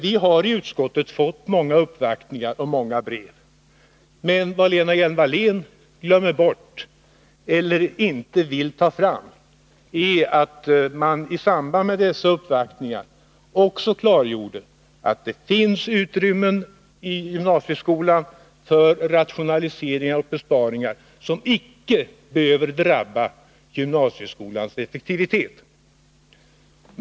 Vi har i utskottet fått många uppvaktningar och många brev, men vad Lena Hjelm-Wallén glömmer bort eller inte vill ta fram — är att man i samband med dessa uppvaktningar också klargjorde att det i gymnasieskolan finns utrymmen för rationaliseringar och besparingar som icke behöver drabba gymnasieskolans effektivitet.